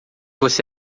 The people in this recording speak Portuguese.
você